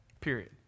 Period